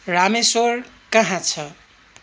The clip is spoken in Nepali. रामेश्वर कहाँ छ